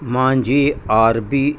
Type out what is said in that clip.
मुंहिंजी R B